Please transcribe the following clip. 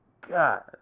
God